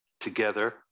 together